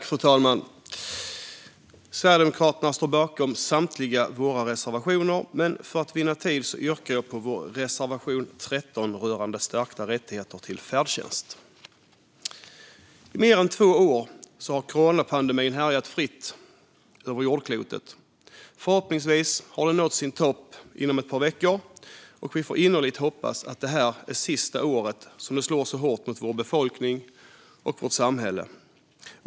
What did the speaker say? Fru talman! Sverigedemokraterna står bakom samtliga våra reservationer, men för att vinna tid yrkar jag bifall endast till reservation 13 rörande stärkta rättigheter till färdtjänst. I mer än två år har coronapandemin härjat fritt över jordklotet. Förhoppningsvis har den nått sin topp inom ett par veckor, och vi får innerligt hoppas att det här är sista året som den slår så hårt mot vår befolkning och vårt samhälle.